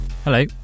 Hello